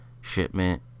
Shipment